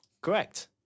Correct